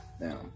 now